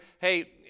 hey